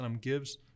gives